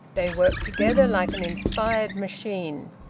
they worked together like an inspired machine.